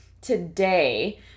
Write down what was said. today